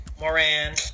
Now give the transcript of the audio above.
Moran